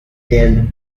del